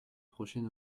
prochaine